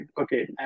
Okay